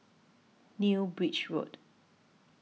New Bridge Road